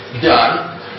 done